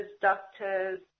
doctors